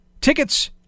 tickets